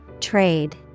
Trade